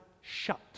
shut